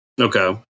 Okay